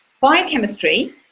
biochemistry